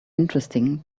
interesting